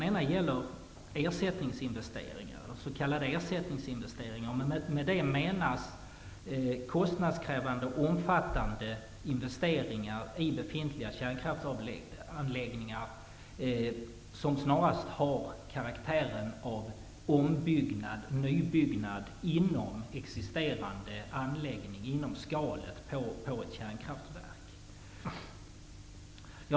Med ersättningsinvesteringar menas kostnadskrävande och omfattande investeringar i befintliga kärnkraftsanläggningar. Investeringarna har snarast karaktären av om eller nybyggnad innanför skalet på ett existerande kärnkraftverk.